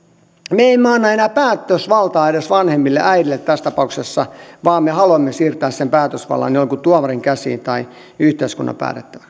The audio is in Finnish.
me emme anna enää päätösvaltaa edes vanhemmille äidille tässä tapauksessa vaan me haluamme siirtää sen päätösvallan jonkun tuomarin käsiin tai yhteiskunnalle